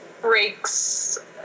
breaks